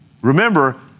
Remember